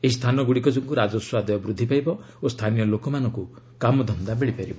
ଏହି ସ୍ଥାନଗୁଡ଼ିକ ଯୋଗୁଁ ରାଜସ୍ପ ଆଦାୟ ବୃଦ୍ଧି ପାଇବ ଓ ସ୍ଥାନୀୟ ଲୋକମାନଙ୍କୁ କାମଧନ୍ଦା ମିଳିପାରିବ